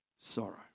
sorrow